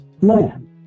land